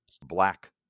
black